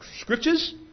scriptures